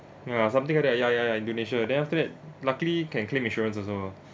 ya something like that ya ya ya indonesia then after that luckily can claim insurance also